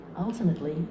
Ultimately